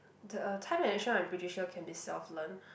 the time management I'm pretty sure can be self learn